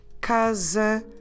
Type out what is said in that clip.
casa